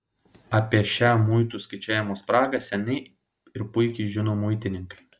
apie šią muitų skaičiavimo spragą seniai ir puikiai žino muitininkai